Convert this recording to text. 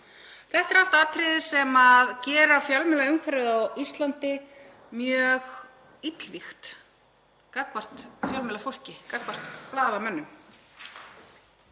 Þetta eru allt atriði sem gera fjölmiðlaumhverfið á Íslandi mjög illvígt gagnvart fjölmiðlafólki, gagnvart blaðamönnum,